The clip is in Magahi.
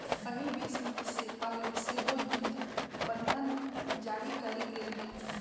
पहिल विश्वयुद्ध से पहिले सेहो जुद्ध बंधन जारी कयल गेल हइ